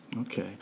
Okay